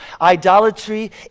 Idolatry